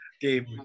game